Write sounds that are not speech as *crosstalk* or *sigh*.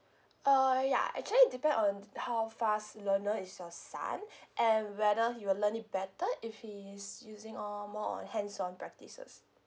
uh ya actually depend on how fast learner is your son *breath* and whether he will learn it better if he is using all more on hands on practices